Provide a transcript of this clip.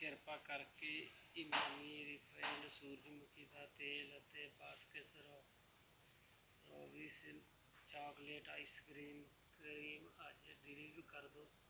ਕਿਰਪਾ ਕਰਕੇ ਇਮਾਮੀ ਰਿਫਾਇੰਡ ਸੂਰਜਮੁਖੀ ਦਾ ਤੇਲ ਅਤੇ Baskin Robbins chocolate ice cream cream ਅੱਜ ਡਿਲੀਵਰ ਕਰ ਦਿਓ